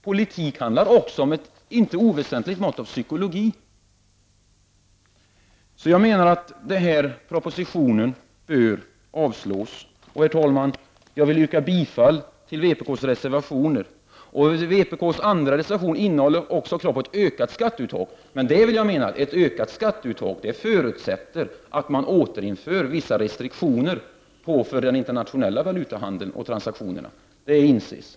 Politik handlar också om ett inte oväsentligt mått av psykologi. Så jag menar att propositionen bör avslås. Herr talman! Jag vill yrka bifall till vpk:s reservationer. Vpk:s andra reservation innehåller också krav på ökat skatteuttag. Men, vill jag mena, ett ökat skatteuttag förutsätter att man återinför vissa restriktioner för den internationella valutahandeln och de internationella transaktionerna.